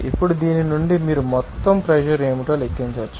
ఇప్పుడు దీని నుండి మీరు మొత్తం ప్రెషర్ ఏమిటో లెక్కించవచ్చు